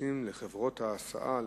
אוטובוסים להסעת תלמידים.